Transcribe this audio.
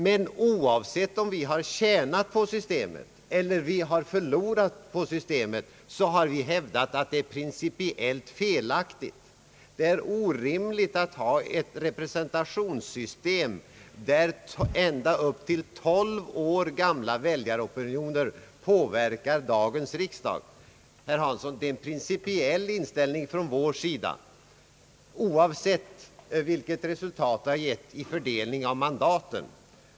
Men oavsett om vi har tjänat på systemet eller om vi har förlorat på systemet har vi hävdat att det är principiellt felaktigt. Det är orimligt att ha ett representationssystem, där ända upp till tolv år gamla väljaropinioner påverkar dagens riksdag. Herr Hansson, detta är en principiell inställning från vår sida, oavsett vilket resultat det har gett vid fördelningen av mandaten.